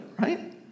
right